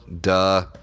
duh